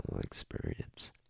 experience